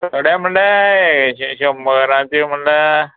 थोडे म्हळ्या शंबराच्यो म्हणल्यार